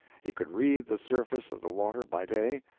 he could read the surface of the water by day,